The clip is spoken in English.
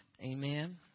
Amen